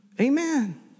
Amen